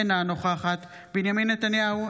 אינה נוכחת בנימין נתניהו,